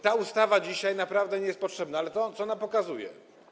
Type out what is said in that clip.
Ta ustawa dzisiaj naprawdę nie jest potrzebna, ale co nam pokazuje?